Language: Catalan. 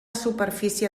superfície